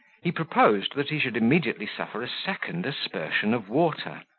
he proposed that he should immediately suffer a second aspersion of water,